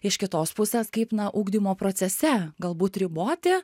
iš kitos pusės kaip na ugdymo procese galbūt riboti